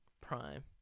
prime